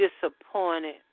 disappointed